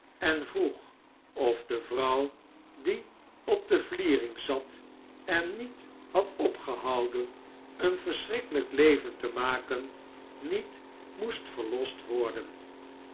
en vroeg ofde vrouw die op de vliering zat en niet had opgehouden een verschnkkelijk leven te maken niet moest verlost worden